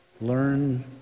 learn